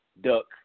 duck